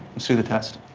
let's do the test.